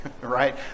Right